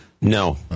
No